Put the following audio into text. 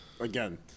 again